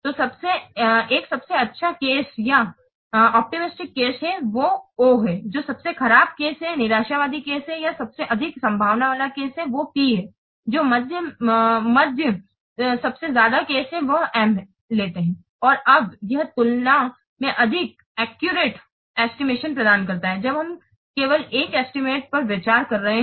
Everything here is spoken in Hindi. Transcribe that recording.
तो एक सबसे अच्छा केस है या ऑप्टिमिस्टिक केस है वो O है जो सबसे खराब केस है निराशावादी केस या सबसे अधिक संभावना वाला केस है वो Pहै जो माध्य सबसे ज्यादा केस है वो हम M लेते हैं और अब यह तुलना में अधिक एक्यूरेट एस्टीमेट प्रदान करता है जब हम केवल एक एस्टीमेट पर विचार कर रहे हैं